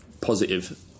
positive